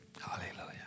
Hallelujah